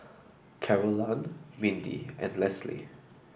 Carolann Mindi and Lesley